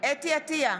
אתי עטייה,